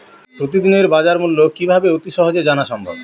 প্রতিদিনের বাজারমূল্য কিভাবে অতি সহজেই জানা সম্ভব?